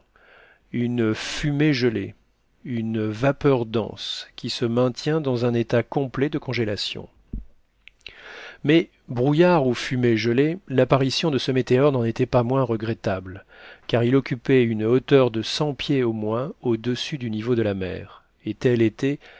une fumée gelée une vapeur dense qui se maintient dans un état complet de congélation mais brouillard ou fumée gelée l'apparition de ce météore n'en était pas moins regrettable car il occupait une hauteur de cent pieds au moins au-dessus du niveau de la mer et telle était